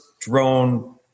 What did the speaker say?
drone